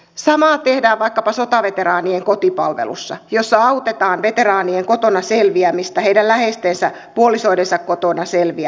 samaa tehdään vaikkapa sotaveteraanien kotipalvelussa jossa autetaan veteraanien kotona selviämistä heidän läheistensä puolisoidensa kotona selviämistä